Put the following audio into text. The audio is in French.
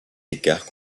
écarts